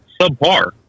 subpar